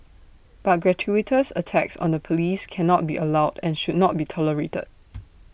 but gratuitous attacks on the Police cannot be allowed and should not be tolerated